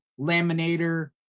Laminator